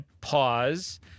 pause